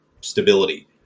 stability